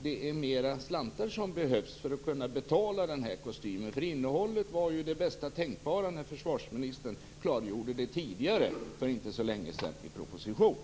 Det är mera slantar som behövs för att betala kostymen. Innehållet var ju det bästa tänkbara när försvarsministern klargjorde detta för inte så länge sedan i en proposition.